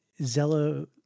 Zello